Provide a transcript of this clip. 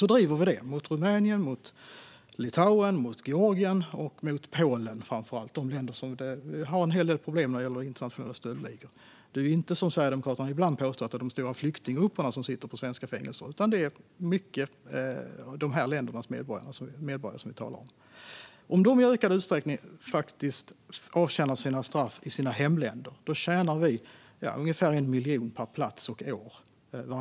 Vi driver detta framför allt gentemot Rumänien, Litauen, Georgien och Polen - länder som vi har en hel del problem med när det gäller internationella stöldligor. Det är inte som Sverigedemokraterna ibland påstår, att det är de stora flyktinggrupperna som sitter på svenska fängelser, utan det är i mycket de här ländernas medborgare som vi talar om. Om de i ökad utsträckning avtjänar sina straff i sina hemländer tjänar vi ungefär 1 miljon per plats och år.